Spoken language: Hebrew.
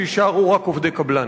שיישארו רק עובדי קבלן.